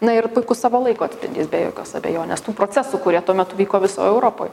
na ir puikus savo laiko atspindys be jokios abejonės tų procesų kurie tuo metu vyko visoj europoj